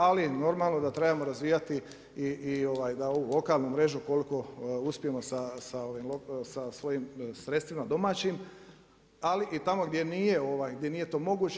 Ali normalno da trebamo razvijati i ovu lokalnu mrežu koliko uspijemo sa svojim sredstvima domaćim, ali i tamo gdje nije to moguće.